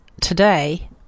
today